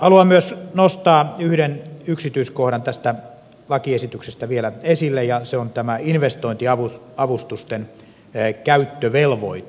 haluan myös nostaa yhden yksityiskohdan tästä lakiesityksestä vielä esille ja se on tämä investointiavustusten käyttövelvoite